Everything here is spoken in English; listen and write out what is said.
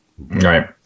Right